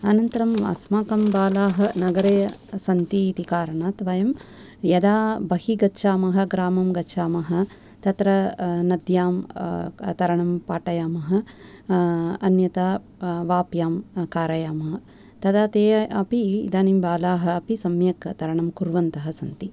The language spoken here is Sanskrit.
अनन्तरम् अस्माकं बाला नगरे सन्तीति कारणात् वयं यदा बहि गच्छाम ग्रामं गच्छाम तत्र नद्यां तरणं पाठयाम अन्यथा वाप्यां कारयाम तदा ते अपि इदानां बाला अपि सम्यक् तरणं कुर्वन्त सन्ति